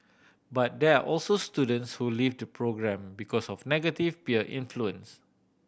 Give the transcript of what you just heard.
but there are also students who leave the programme because of negative peer influence